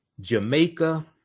Jamaica